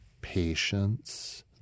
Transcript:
patience